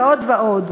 ועוד ועוד.